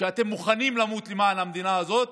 שאתם מוכנים למות למען המדינה הזאת,